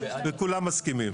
כולם מסכימים.